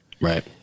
Right